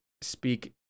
speak